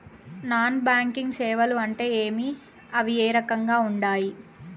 non banking సేవలు అంటే ఏమి అవి ఏ రకంగా ఉండాయి